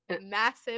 Massive